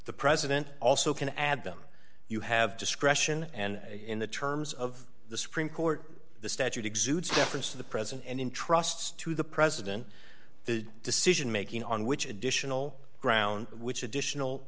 the president also can add them you have discretion and in the terms of the supreme court the statute exudes deference to the present and in trusts to the president the decision making on which additional ground which additional